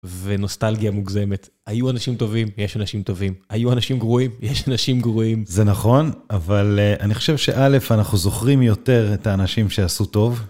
ונוסטלגיה מוגזמת, היו אנשים טובים, יש אנשים טובים, היו אנשים גרועים, יש אנשים גרועים. זה נכון, אבל אני חושב שא', אנחנו זוכרים יותר את האנשים שעשו טוב.